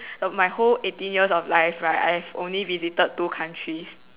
my whole eighteen years of life right I have only visited two countries